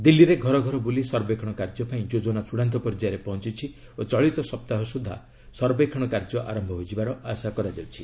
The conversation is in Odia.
ଦିଲ୍ଲୀରେ ଘର ଘର ବୁଲି ସର୍ବେକ୍ଷଣ କାର୍ଯ୍ୟ ପାଇଁ ଯୋଜନା ଚ ଡ଼ାନ୍ତ ପର୍ଯ୍ୟାୟରେ ପହଞ୍ଚିଛି ଓ ଚଳିତ ସପ୍ତାହ ସୁଦ୍ଧା ସର୍ବେକ୍ଷଣ ଆରମ୍ଭ ହୋଇଯିବାର ଆଶା କରାଯାଉଛି